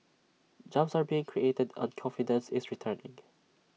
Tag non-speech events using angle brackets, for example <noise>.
jobs are being created and confidence is returning <noise>